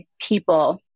people